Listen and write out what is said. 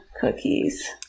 cookies